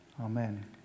Amen